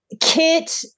Kit